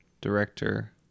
director